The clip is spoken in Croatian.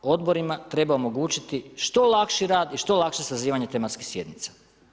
Odborima treba omogućiti što lakši rad i što lakše sazivanje tematskih sjednica.